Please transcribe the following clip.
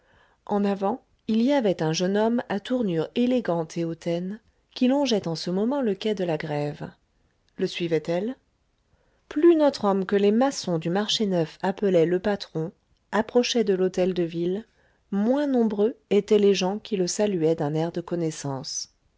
en avant il y avait un jeune homme à tournure élégante et hautaine qui longeait en ce moment le quai de la grève le suivait elle plus notre homme que les maçons du marché neuf appelaient le patron approchait de l'hôtel-de-ville moins nombreux étaient les gens qui le saluaient d'un air de connaissance